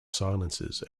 silences